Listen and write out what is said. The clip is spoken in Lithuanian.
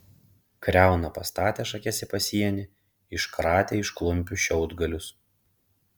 kriauna pastatė šakes į pasienį iškratė iš klumpių šiaudgalius